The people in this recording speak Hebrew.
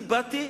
אני באתי,